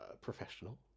professional